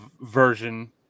version